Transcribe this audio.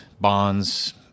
bonds